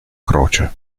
croce